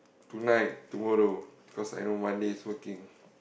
tonight tomorrow cause I no money so working